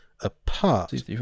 apart